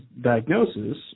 diagnosis